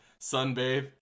sunbathe